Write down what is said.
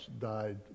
died